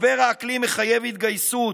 משבר האקלים מחייב התגייסות,